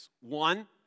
One